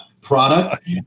product